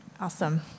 Awesome